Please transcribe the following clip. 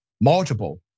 multiple